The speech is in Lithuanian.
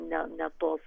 ne ne tos